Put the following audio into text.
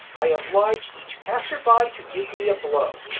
i oblige each passer-by to give me a blow.